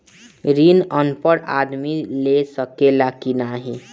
ऋण अनपढ़ आदमी ले सके ला की नाहीं?